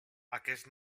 aquest